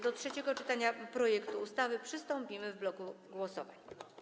Do trzeciego czytania projektu ustawy przystąpimy w bloku głosowań.